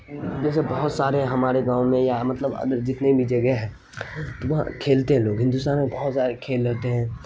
جیسے بہت سارے ہمارے گاؤں میں یا مطلب جتنے بھی جگہ ہیں تو وہاں کھیلتے ہیں لوگ ہندوستان میں بہت زیادہ کھیل رہتے ہیں